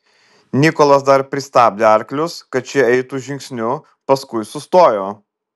nikolas dar pristabdė arklius kad šie eitų žingsniu paskui sustojo